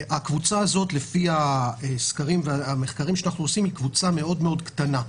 הקבוצה הזאת לפי הסקרים והמחקרים שאנחנו עושים היא קבוצה מאוד קטנה.